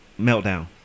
meltdown